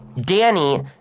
Danny